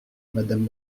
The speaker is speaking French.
madame